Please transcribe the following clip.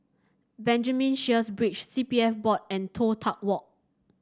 Benjamin Sheares Bridge C P F Board and Toh Tuck Walk